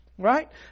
Right